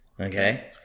Okay